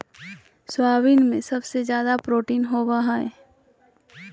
soybean में सबसे ज़्यादा प्रोटीन होबा हइ